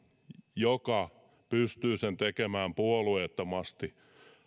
joka pystyy sen tekemään puolueettomasti